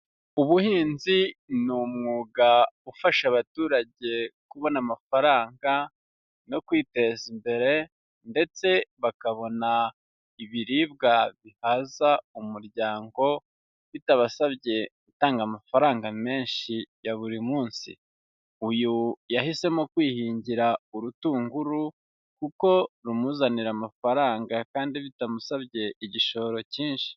Ubuhinzi ni umwuga ufasha abaturage kubona amafaranga no kwiteza imbere ndetse bakabona ibiribwa bihaza umuryango, bitabasabye gutanga amafaranga menshi ya buri munsi, uyu yahisemo kwihingira urutunguru kuko rumuzanira amafaranga kandi bitamusabye igishoro cyinshi.